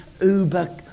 uber